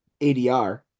ADR